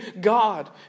God